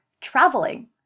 traveling